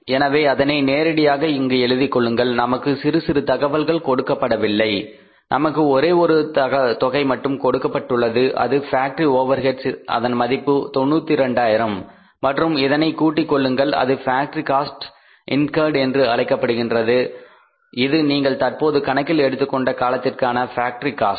எனவே அதனை நேரடியாக இங்கு எழுதிக் கொள்ளுங்கள் நமக்கு சிறு சிறு தகவல்கள் கொடுக்கப்படவில்லை நமக்கு ஒரே ஒரு தொகை மட்டும் கொடுக்கப்பட்டுள்ளது அது ஃபேக்டரி ஓவர் ஹெட்ஸ் அதன் மதிப்பு 92000 மற்றும் இதனை கூட்டிக் கொள்ளுங்கள் அது ஃபேக்டரி காஸ்ட் இன்கர்ட் என்று அழைக்கப்படுகின்றது இது நீங்கள் தற்போது கணக்கில் எடுத்துக் கொண்ட காலத்திற்கான ஃபேக்டரி காஸ்ட்